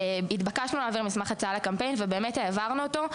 התבקשנו להעביר מסמך הצעה לקמפיין ובאמת העברנו אותו.